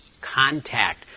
contact